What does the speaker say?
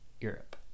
Europe